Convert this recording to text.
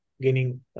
gaining